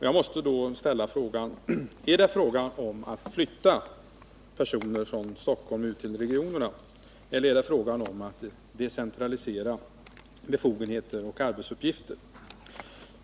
Jag måste då undra: Är det fråga om att flytta personer från Stockholm ut till regionerna eller om att decentralisera befogenheter och arbetsuppgifter?